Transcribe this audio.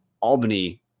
Albany